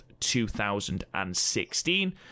2016